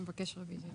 רביזיה.